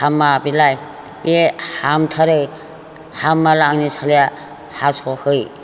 हामा बेलाय बे हामथारो हामाब्ला आंनि सालाया हास'है